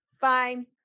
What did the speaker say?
fine